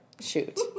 shoot